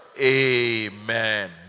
Amen